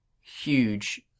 huge